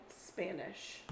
spanish